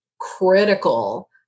critical